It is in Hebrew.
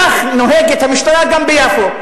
כך נוהגת המשטרה גם ביפו,